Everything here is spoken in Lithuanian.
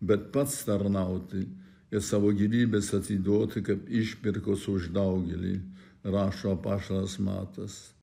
bet pats tarnauti ir savo gyvybės atiduoti kaip išpirkos už daugelį rašo apaštalas matas